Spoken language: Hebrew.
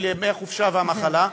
של ימי החופשה והמחלה,